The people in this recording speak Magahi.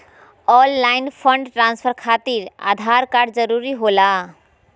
ऑनलाइन फंड ट्रांसफर खातिर आधार कार्ड जरूरी होला?